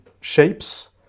shapes